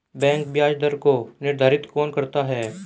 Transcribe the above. Bank ब्याज दर को निर्धारित कौन करता है?